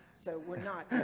so we're not.